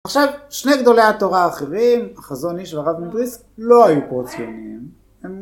עכשיו, שני גדולי התורה האחרים, החזון- איש והרב מבריסק, לא היו פרו ציוניים..